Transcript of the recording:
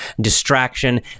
distraction